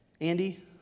Andy